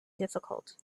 difficult